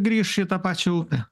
grįš į tą pačią upę